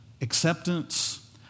acceptance